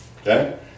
okay